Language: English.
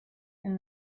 and